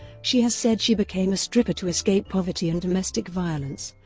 she has said she became a stripper to escape poverty and domestic violence,